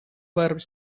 were